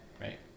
right